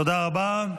תודה רבה.